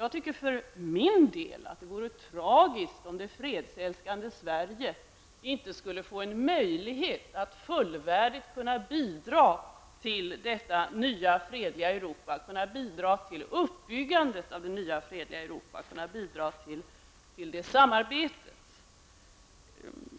Jag tycker för min del att det vore tragiskt om det fredsälskande Sverige inte skulle få en möjlighet att fullvärdigt kunna bidra till detta nya fredliga I ett hänseende håller